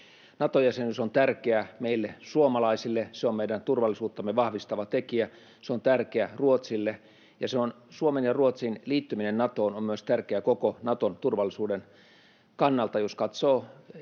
Nato-jäsenyys on tärkeä meille suomalaisille. Se on meidän turvallisuuttamme vahvistava tekijä. Se on tärkeä Ruotsille. Ja Suomen ja Ruotsin liittyminen Natoon on tärkeä myös koko Naton turvallisuuden kannalta. Jos katsoo konfliktia